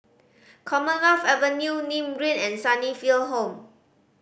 Commonwealth Avenue Nim Green and Sunnyville Home